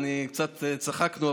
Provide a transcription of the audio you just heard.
וקצת צחקנו,